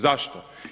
Zašto?